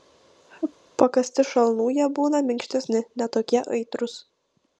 pakąsti šalnų jie būna minkštesni ne tokie aitrūs